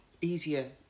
easier